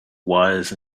wires